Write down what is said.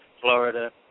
Florida